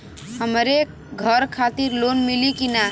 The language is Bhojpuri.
हमरे घर खातिर लोन मिली की ना?